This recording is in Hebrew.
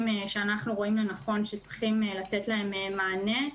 שאנחנו רואים לנכון שצריך לתת להם מענה,